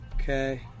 okay